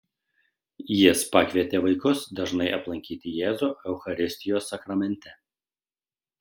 jis pakvietė vaikus dažnai aplankyti jėzų eucharistijos sakramente